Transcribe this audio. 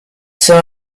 son